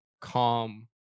calm